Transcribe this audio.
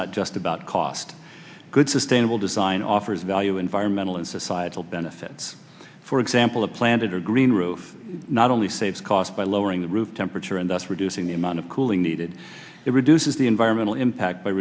not just about cost good sustainable design offers value environmental and societal benefits for example a planted or green roof not only saves cost by lowering the roof temperature and thus reducing the amount of cooling needed it reduces the environmental impact by